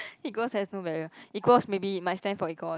equals has no value equals maybe might stand for equal